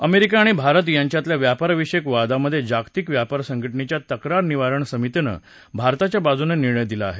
America आणि भारत यांच्यातल्या व्यापारविषयक वादामध्ये जागतिक व्यापार संघटनेच्या तक्रार निवारण समितीनं भारताच्या बाजूनं निर्णय दिला आहे